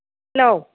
hello